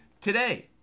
Today